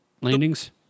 Landings